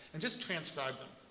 and just transcribe them.